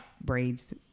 braids